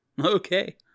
Okay